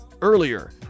Earlier